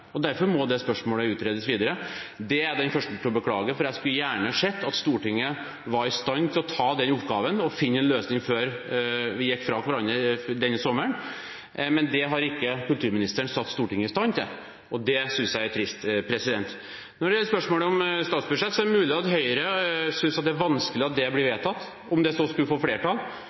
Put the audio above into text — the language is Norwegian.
og derfor må det spørsmålet utredes videre. Det er jeg den første til å beklage, for jeg skulle gjerne sett at Stortinget var i stand til å ta den oppgaven og finne en løsning før vi går fra hverandre denne sommeren. Men det har ikke kulturministeren satt Stortinget i stand til, og det synes jeg er trist. Når det gjelder spørsmålet om statsbudsjett, er det mulig at Høyre synes det er vanskelig at det blir vedtatt, om det så skulle få flertall.